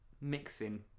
mixing